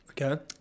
Okay